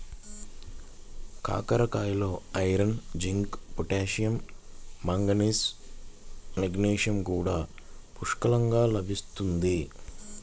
కాకరకాయలలో iron, zinc, potassium, manganese, magnesium కూడా పుష్కలంగా లభిస్తుంది